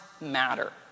matter